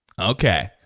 Okay